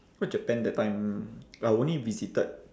cause japan that time I only visited